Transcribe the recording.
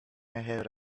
ahead